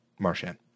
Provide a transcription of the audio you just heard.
Marshan